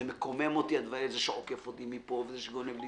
זה מקומם אותי, זה שעוקף אותי מפה, וזה שגונב לי